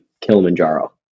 Kilimanjaro